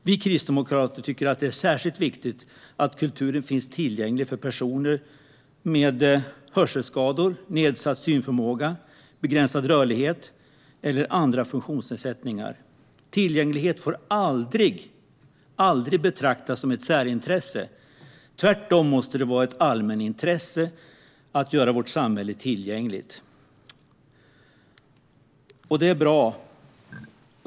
Vi kristdemokrater tycker att det är särskilt viktigt att kulturen finns tillgänglig för personer med hörselskador, nedsatt synförmåga, begränsad rörlighet eller andra funktionsnedsättningar. Tillgänglighet får aldrig betraktas som ett särintresse. Det måste tvärtom vara ett allmänintresse att göra vårt samhälle tillgängligt.